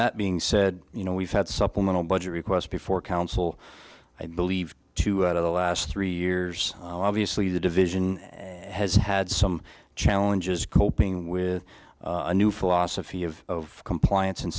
that being said you know we've had supplemental budget request before council i believe two of the last three years obviously the division has had some challenges coping with a new philosophy of compliance and